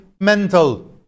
mental